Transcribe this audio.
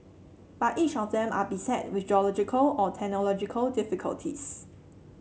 but each of them are beset with geological or technological difficulties